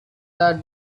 the